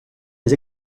les